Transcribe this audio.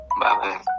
Bye